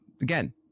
again